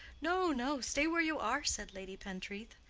no, no stay where you are, said lady pentreath.